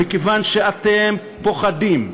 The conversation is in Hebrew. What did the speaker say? מכיוון שאתם פוחדים.